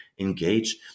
engage